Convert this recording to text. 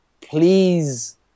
please